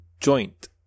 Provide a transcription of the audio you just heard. joint